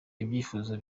ibyifuzo